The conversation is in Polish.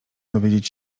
dowiedzieć